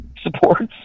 supports